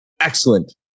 excellent